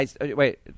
Wait